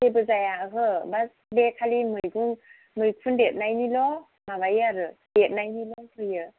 जेबो जाया ओहो बे खालि मैखुन मैखुन बेरनायनिल' माबायो आरो बेरनायनिल' होयो